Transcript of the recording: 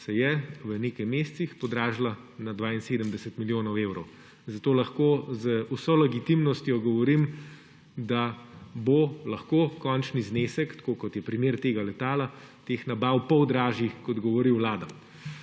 se je v nekaj mesecih podražila na 72 milijonov evrov. Zato lahko z vso legitimnostjo govorim, da bo lahko končni znesek, tako kot je primer letala, teh nabav pol dražji, kot govori Vlada.